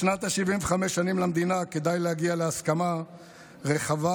בשנה ה-75 למדינה כדאי להגיע להסכמה רחבה,